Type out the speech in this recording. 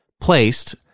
placed